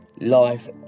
life